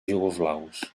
iugoslaus